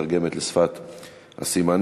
המתרגמת לשפת הסימנים,